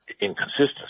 Inconsistency